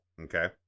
Okay